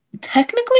Technically